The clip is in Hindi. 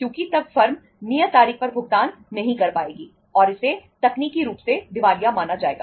क्योंकि तब फर्म नियत तारीख पर भुगतान नहीं कर पाएगी और इसे तकनीकी रूप से दिवालिया माना जाएगा